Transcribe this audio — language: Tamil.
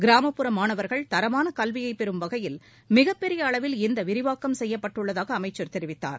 கிராமப்புற மாணவர்கள் தரமான கல்வியை பெறும் வகையில் மிகப்பெரிய அளவில் இந்த விரிவாக்கம் செய்யப்பட்டுள்ளதாக அமைச்சர் தெரிவித்தார்